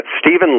Stephen